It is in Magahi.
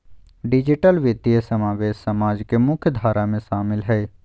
डिजिटल वित्तीय समावेश समाज के मुख्य धारा में शामिल हइ